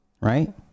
right